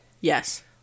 Yes